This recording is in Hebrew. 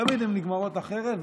ותמיד הן נגמרות אחרת,